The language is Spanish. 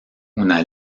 una